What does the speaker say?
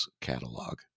catalog